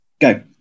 Go